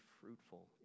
fruitful